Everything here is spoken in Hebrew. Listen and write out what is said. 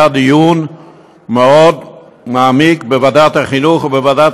היה דיון מאוד מעמיק בוועדת החינוך ובוועדת